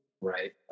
Right